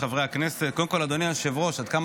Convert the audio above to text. חוק ומשפט לצורך הכנתה לקריאה ראשונה.